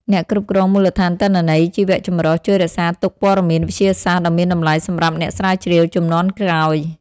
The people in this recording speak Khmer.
អ្នកគ្រប់គ្រងមូលដ្ឋានទិន្នន័យជីវៈចម្រុះ ជួយរក្សាទុកព័ត៌មានវិទ្យាសាស្ត្រដ៏មានតម្លៃសម្រាប់អ្នកស្រាវជ្រាវជំនាន់ក្រោយ។